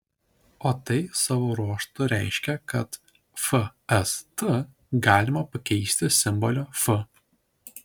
o tai savo ruožtu reiškia kad fst galima pakeisti simboliu f